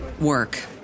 work